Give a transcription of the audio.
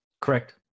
Correct